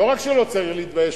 לא רק שלא צריך להתבייש,